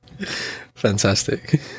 Fantastic